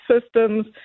systems